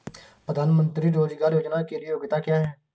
प्रधानमंत्री रोज़गार योजना के लिए योग्यता क्या है?